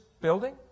building